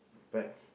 pets